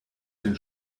den